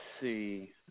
see